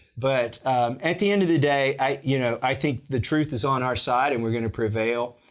but at the end of the day, i you know i think the truth is on our side and we're gonna prevail.